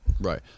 Right